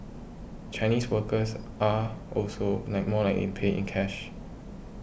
Chinese workers are also like more like in paying cash